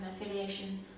affiliation